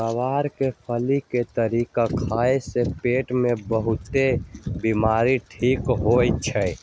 ग्वार के फली के तरकारी खाए से पेट के बहुतेक बीमारी ठीक होई छई